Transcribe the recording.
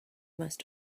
must